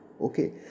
Okay